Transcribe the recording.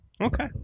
Okay